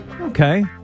Okay